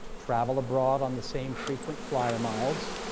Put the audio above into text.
travel abroad on the same frequent flier miles,